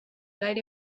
gaire